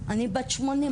אני בת 80,